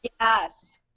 Yes